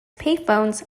payphones